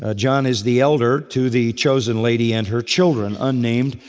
ah john is the elder to the chosen lady and her children, unnamed.